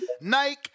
Nike